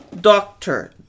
doctor